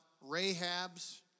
Rahab's